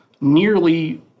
nearly